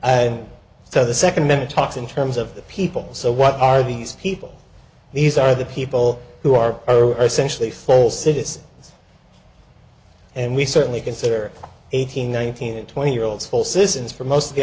and so the second minute talks in terms of the people so what are these people these are the people who are essentially full citizens and we certainly consider eighteen nineteen and twenty year olds full citizens for most of the